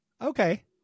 Okay